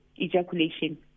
ejaculation